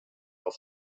auf